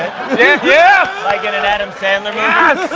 yeah, yeah. like in an adam sandler movie?